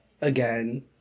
again